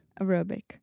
Aerobic